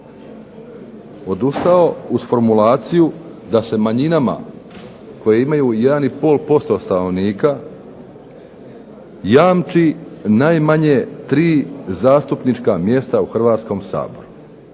odustao uz formulaciju da se manjinama koje imaju 1,5% stanovnika jamči najmanje tri zastupnička mjesta u Hrvatskom saboru.